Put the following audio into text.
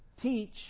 teach